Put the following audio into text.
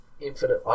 infinite